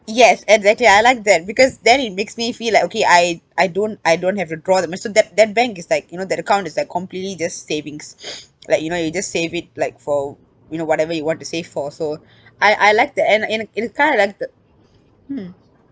yes exactly I like that because then it makes me feel like okay I I don't I don't have to draw that much so tha~ that bank is like you know that account is like completely just savings like you know you just save it like for you know whatever you want to save for so I I like the an~ an~ and I kinda like the hmm